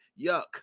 yuck